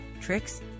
tricks